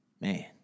man